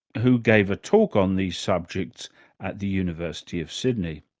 who gave a talk on these subjects at the university of sydney.